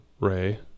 Ray